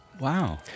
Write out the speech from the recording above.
Wow